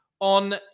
on